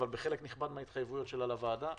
אבל בחלק נכבד מההתחייבויות שלה לוועדה.